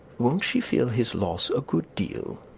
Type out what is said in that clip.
won't she feel his loss a good deal?